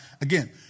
again